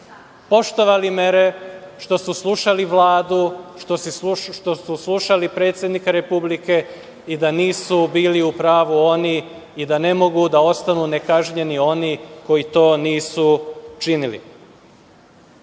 poštovali mere, što su slušali Vladu, što su slušali predsednika Republike i da nisu bili u pravu oni i da ne mogu da ostanu ne kažnjeni oni koji to nisu činili. Ja